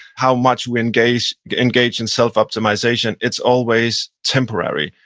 how much we engage engage in self-optimization, it's always temporary.